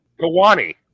Kawani